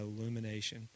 illumination